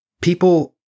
people